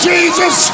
Jesus